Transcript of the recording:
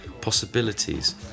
possibilities